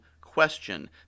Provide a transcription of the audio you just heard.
question